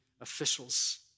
officials